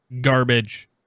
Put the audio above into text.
Garbage